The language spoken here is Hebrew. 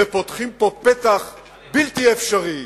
ופותחים פה פתח בלתי אפשרי.